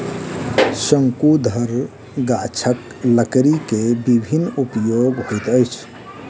शंकुधर गाछक लकड़ी के विभिन्न उपयोग होइत अछि